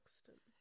accident